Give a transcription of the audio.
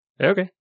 okay